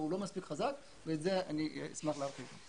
לא מספיק חזק ואת זה אני אשמח להרחיב.